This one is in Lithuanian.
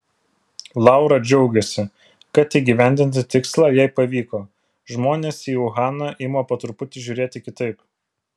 laura džiaugiasi kad įgyvendinti tikslą jai pavyko žmonės į uhaną ima po truputį žiūrėti kitaip